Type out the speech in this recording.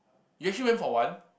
you actually went for one